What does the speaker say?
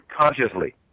consciously